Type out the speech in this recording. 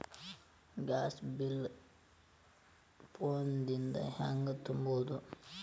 Gas bill phone ದಿಂದ ಹ್ಯಾಂಗ ತುಂಬುವುದು?